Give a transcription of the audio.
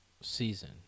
season